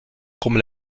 comme